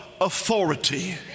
authority